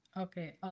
Okay